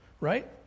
right